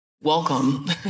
welcome